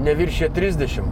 neviršija trisdešim